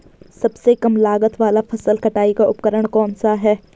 सबसे कम लागत वाला फसल कटाई का उपकरण कौन सा है?